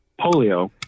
Polio